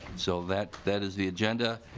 so that that is the agenda.